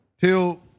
Till